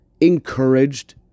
encouraged